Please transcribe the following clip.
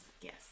yes